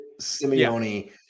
Simeone